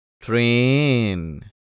Train